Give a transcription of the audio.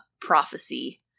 prophecy